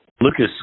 Lucas